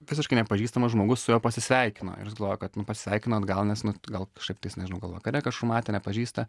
visiškai nepažįstamas žmogus su juo pasisveikino ir jis galvojo kad nu pasveikino atgal nes nu gal kažkaip tais nežinau gal vakare kažkur matė nepažįsta